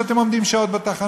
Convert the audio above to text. שאתם עומדים בגשם שעות בתחנות.